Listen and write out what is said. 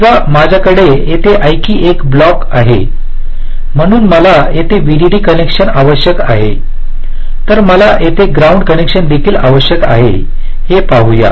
समजा माझ्याकडे येथे आणखी एक ब्लॉक आहे म्हणून मला येथे व्हीडीडी कनेक्शन आवश्यक आहे तर मला येथे ग्राउंड कनेक्शन देखील आवश्यक आहे ते पाहूया